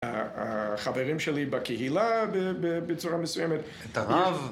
החברים שלי בקהילה, בצורה מסוימת.. את הרב